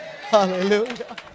Hallelujah